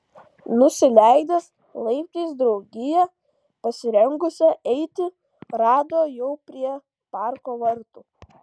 nusileidęs laiptais draugiją pasirengusią eiti rado jau prie parko vartų